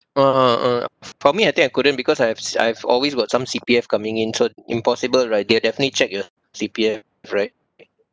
ah ah for me I think I couldn't because I've I've always got some C_P_F coming in so impossible right they'll definitely check your C_P_F right